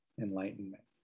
enlightenment